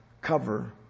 cover